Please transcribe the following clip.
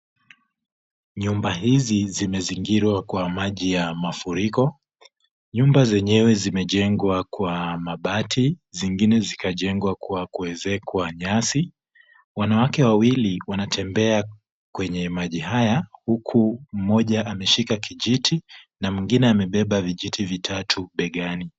Nyumba hizi zimezingirwa kwa maji ya mafuriko. Nyumba zenyewe zimejengwa kwa mabati, zingine zikajengwa kwa kuezekwa nyasi. Wanawake wawili wanatembea kwenye maji haya, huku mmoja ameshika kijiti na mwingine amebeba vijiti vitatu begani.